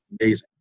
amazing